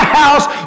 house